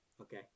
Okay